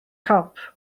cop